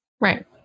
Right